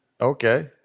Okay